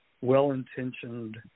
well-intentioned